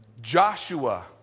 Joshua